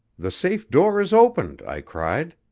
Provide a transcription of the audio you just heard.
the safe door is opened i cried.